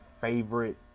favorite